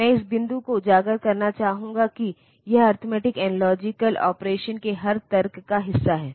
मैं इस बिंदु को उजागर करना चाहूंगा कि यह अरिथमेटिक एंड लॉजिकल ऑपरेशन के हर तर्क का हिस्सा है